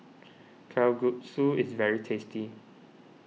Kalguksu is very tasty